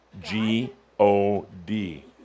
G-O-D